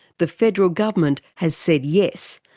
the federal government has said yes,